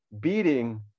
beating